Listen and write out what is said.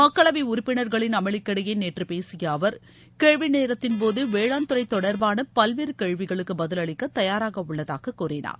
மக்களவை உறுப்பினர்களின் அமளிக்கிடையே நேற்று பேசிய அவர் கேள்வி நேரத்தின் போது வேளாண் துறை தொடர்பான பல்வேறு கேள்விகளுக்கு பதிலளிக்க தயாராக உள்ளதாக கூறினார்